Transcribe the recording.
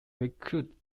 recruited